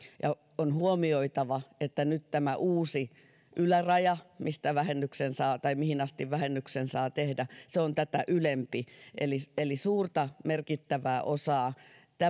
euroa on huomioitava että uusi yläraja mistä vähennyksen saa tai mihin asti vähennyksen saa tehdä on tätä ylempi eli suurta merkittävää osaa